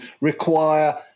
require